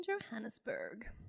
Johannesburg